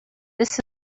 this